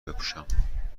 بپوشم